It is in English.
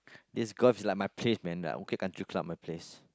this golf is like my place man like okay country club my place